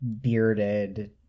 bearded